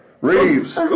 Reeves